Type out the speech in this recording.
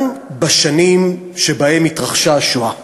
גם בשנים שבהן התרחשה השואה,